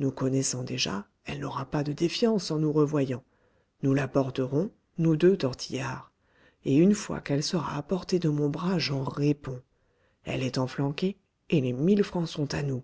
nous connaissant déjà elle n'aura pas de défiance en nous revoyant nous l'aborderons nous deux tortillard et une fois qu'elle sera à portée de mon bras j'en réponds elle est enflanquée et les mille francs sont à nous